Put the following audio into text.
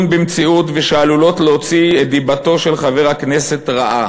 במציאות ועלולות להוציא את דיבתו של חבר הכנסת רעה"